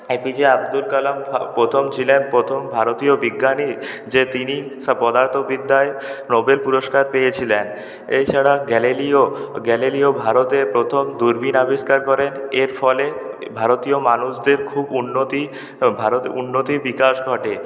APJ Abdul Kalam প্রথম ছিলেন প্রথম ভারতীয় বিজ্ঞানী যে তিনি পদার্থবিদ্যায় নোবেল পুরস্কার পেয়েছিলেন এছাড়া গ্যালিলিও গ্যালিলিও ভারতে প্রথম দূরবীন আবিষ্কার করেন এর ফলে ভারতীয় মানুষদের খুব উন্নতি ভারতে উন্নতির বিকাশ ঘটে